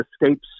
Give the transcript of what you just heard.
escapes